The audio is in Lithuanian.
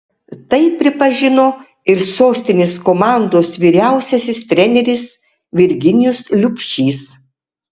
tai pripažino ir sostinės komandos vyriausiasis treneris virginijus liubšys